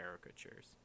caricatures